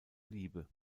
liebe